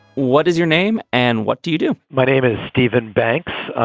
what is your name and what do you do? my name is steven banks.